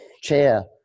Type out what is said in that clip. chair